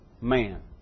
man